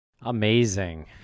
amazing